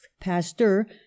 Pasteur